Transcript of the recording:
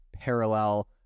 parallel